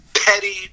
Petty